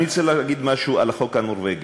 אני רוצה להגיד משהו על החוק הנורבגי.